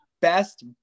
best